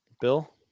Bill